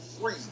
free